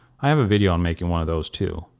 i have a video on making one of those too.